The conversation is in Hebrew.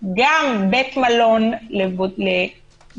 גם בית מלון למבודדים,